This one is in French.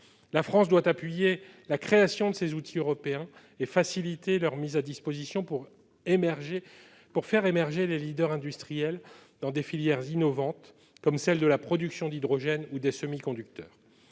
La France doit appuyer la création de ces outils européens et faciliter leur mise à disposition pour faire émerger des leaders industriels dans des filières innovantes comme celles de la production d'hydrogène ou des semi-conducteurs.